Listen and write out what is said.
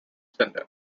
center